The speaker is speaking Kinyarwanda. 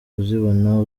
kuzibona